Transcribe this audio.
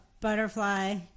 butterfly